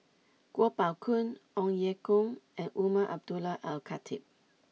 Kuo Pao Kun Ong Ye Kung and Umar Abdullah Al Khatib